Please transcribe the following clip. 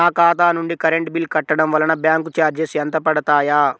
నా ఖాతా నుండి కరెంట్ బిల్ కట్టడం వలన బ్యాంకు చార్జెస్ ఎంత పడతాయా?